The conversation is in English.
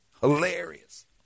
Hilarious